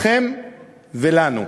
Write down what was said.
לכם ולנו,